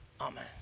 amen